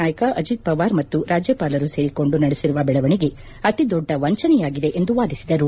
ನಾಯಕ ಅಜಿತ್ ಪವಾರ್ ಮತ್ತು ರಾಜ್ಲಪಾಲರು ಸೇರಿಕೊಂಡು ನಡೆಸಿರುವ ಬೆಳವಣಿಗೆ ಅತಿದೊಡ್ಡ ವಂಚನೆಯಾಗಿದೆ ಎಂದು ವಾದಿಸಿದರು